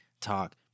talk